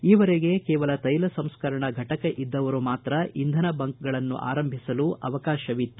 ಈವರೆಗೆ ಕೇವಲ ತೈಲ ಸಂಸ್ಕರಣಾ ಫಟಕ ಇದ್ದವರು ಮಾತ್ರ ಇಂಧನ ಬಂಕ್ಗಳನ್ನು ಆರಂಭಿಸಲು ಅವಕಾಶವಿತ್ತು